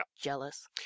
Jealous